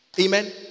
Amen